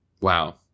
Wow